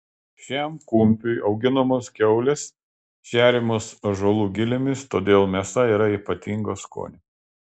šiam kumpiui auginamos kiaulės šeriamos ąžuolų gilėmis todėl mėsa yra ypatingo skonio